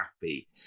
happy